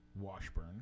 Washburn